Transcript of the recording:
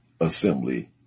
assembly